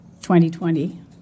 2020